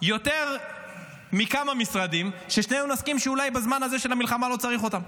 יותר מכמה משרדים ששנינו נסכים שאולי בזמן הזה של המלחמה לא צריך אותם.